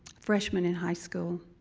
freshman in high school,